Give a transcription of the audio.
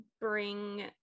bring